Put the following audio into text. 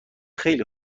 خیلی